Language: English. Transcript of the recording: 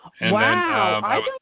Wow